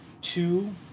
two